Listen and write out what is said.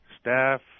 staff